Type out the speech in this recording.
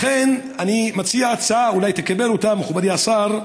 לכן, יש לי הצעה, אולי תקבל אותה, מכובדי השר: